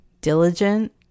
diligent